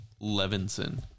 Levinson